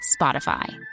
Spotify